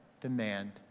demand